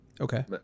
Okay